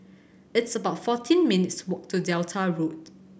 it's about fourteen minutes' walk to Delta Road